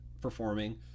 performing